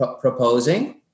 proposing